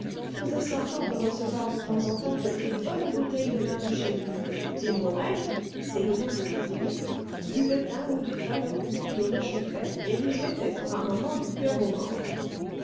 faisait semblant de recevoir de temps en temps quelques bonnes bouteilles de vin de chez lui et morel c'est le nom de l'ouvrier buvait un ou deux fameux coups qui le réchauffaient et lui mettaient pour un moment du coeur au ventre